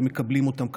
ומקבלים אותם,